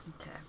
Okay